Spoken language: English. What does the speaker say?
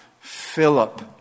Philip